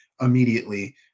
immediately